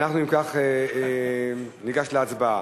אנחנו אם כך ניגש להצבעה.